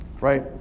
right